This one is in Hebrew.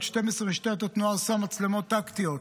12: משטרת התנועה עושה מצלמות טקטיות.